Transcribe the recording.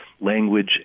language